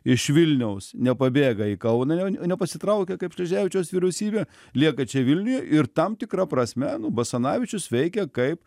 iš vilniaus nepabėga į kauną nepasitraukia kaip šleževičiaus vyriausybė lieka čia vilniuje ir tam tikra prasme basanavičius veikė kaip